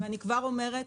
אני כבר אומרת